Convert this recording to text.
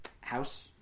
house